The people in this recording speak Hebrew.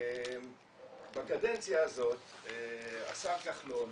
בקדנציה הזאת השר כחלון,